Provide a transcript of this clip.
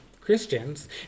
Christians